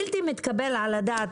זה בלתי מתקבל על הדעת.